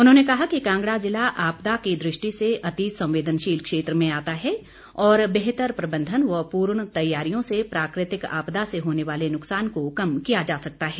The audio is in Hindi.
उन्होंने कहा कि कांगड़ा जिला आपदा की दृष्टि से अति संवेदनशील क्षेत्र में आता है और बेहतर प्रबंधन व पूर्ण तैयारियों से प्राकृतिक आपदा से होने वाले नुकसान को कम किया जा सकता है